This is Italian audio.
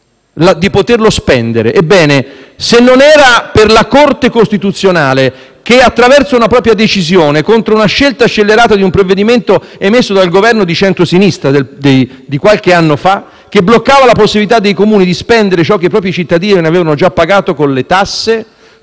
di poterlo spendere. Ebbene, se non fosse stato per la Corte costituzionale, che attraverso una propria decisione, contro una scelta scellerata di un provvedimento emesso dal Governo di centrosinistra di qualche anno fa, che bloccava la possibilità dei Comuni di spendere ciò che i propri cittadini avevano già pagato con le tasse,